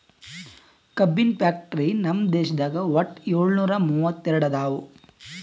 ಕಬ್ಬಿನ್ ಫ್ಯಾಕ್ಟರಿ ನಮ್ ದೇಶದಾಗ್ ವಟ್ಟ್ ಯೋಳ್ನೂರಾ ಮೂವತ್ತೆರಡು ಅದಾವ್